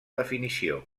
definició